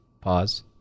pause